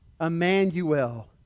Emmanuel